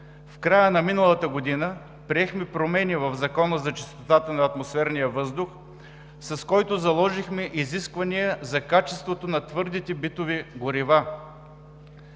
В края на миналата година приехме промени в Закона за чистотата на атмосферния въздух, с който заложихме изисквания за качеството на твърдите битови горива.